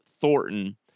Thornton